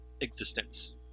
Existence